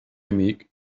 amic